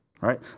right